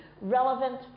relevant